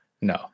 No